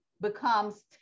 becomes